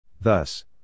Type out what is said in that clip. Thus